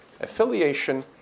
affiliation